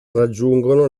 raggiungono